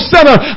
Center